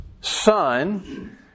son